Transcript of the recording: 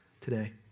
today